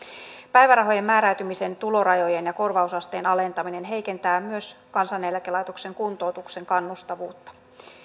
päivärahojen määräytymisen tulorajojen ja korvausasteen alentaminen heikentää myös kansaneläkelaitoksen kuntoutuksen kannustavuutta